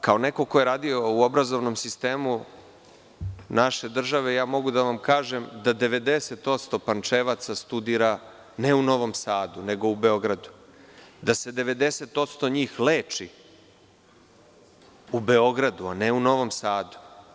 Kao neko ko je radio u obrazovnom sistemu naše države, mogu da vam kažem da 90% Pančevaca studira, ne u Novom Sadu, nego u Beogradu, da se 90% njih leči u Beogradu, a ne u Novom Sadu.